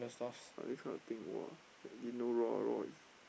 but this kind of thing !wah! I didn't know Roar royce